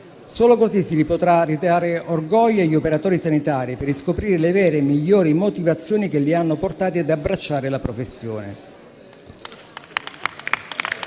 Solo così si potrà ridare orgoglio agli operatori sanitari per riscoprire le vere e migliori motivazioni che li hanno portati ad abbracciare la professione.